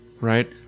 right